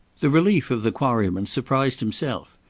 the relief of the quarryman surprised himself.